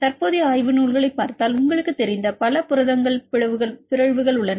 தற்போதைய ஆய்வு நூல்களைப் பார்த்தால் உங்களுக்குத் தெரிந்த பல புரதங்கள் பிறழ்வுகள் உள்ளன